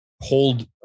hold